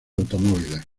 automóviles